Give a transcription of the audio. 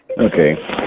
Okay